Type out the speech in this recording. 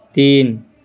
تین